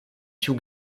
tiu